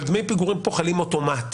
אבל דמי פיגורים כאן חלים אוטומט.